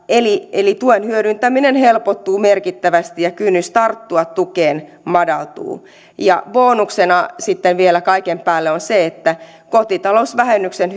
eli eli tuen hyödyntäminen helpottuu merkittävästi ja kynnys tarttua tukeen madaltuu ja bonuksena sitten vielä kaiken päälle on se että kotitalousvähennyksen